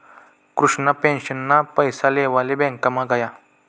कृष्णा पेंशनना पैसा लेवाले ब्यांकमा गया